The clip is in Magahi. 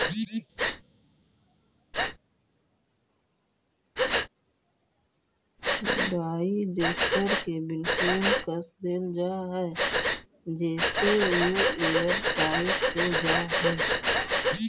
डाइजेस्टर के बिल्कुल कस देल जा हई जेसे उ एयरटाइट हो जा हई